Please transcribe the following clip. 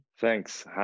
Thanks